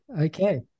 Okay